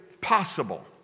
possible